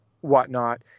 whatnot